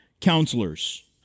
counselors